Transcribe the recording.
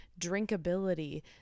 drinkability